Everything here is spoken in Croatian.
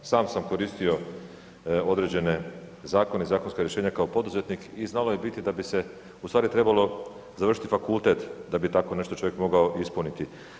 Sam sam koristio određene zakone i zakonska rješenja kao poduzetnik i znalo je biti da bi se ustvari trebalo završiti fakultet da bi takvo nešto čovjek mogao ispuniti.